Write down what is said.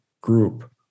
group